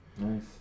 Nice